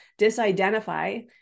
disidentify